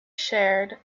shared